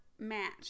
match